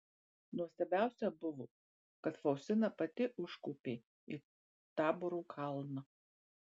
nuostabiausia buvo kad faustina pati užkopė į taboro kalną